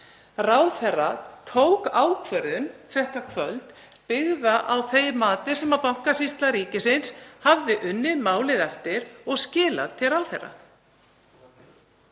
Ráðherra tók ákvörðun þetta kvöld byggða á því mati sem Bankasýsla ríkisins hafði unnið málið eftir og skilað til ráðherra.